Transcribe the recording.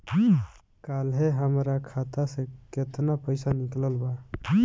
काल्हे हमार खाता से केतना पैसा निकलल बा?